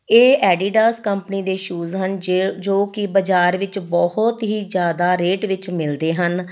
ਇਹ Adidas company ਦੇ shoes ਹਨ ਜੇ ਜੋ ਕਿ ਬਾਜ਼ਾਰ ਵਿੱਚ ਬਹੁਤ ਹੀ ਜ਼ਿਆਦਾ ਰੇਟ ਵਿੱਚ ਮਿਲਦੇ ਹਨ